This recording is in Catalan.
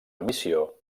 emissió